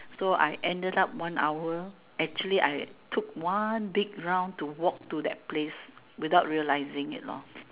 so I ended up one hour actually I took one big round to walk to that place without realising it lah